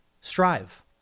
strive